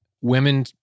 women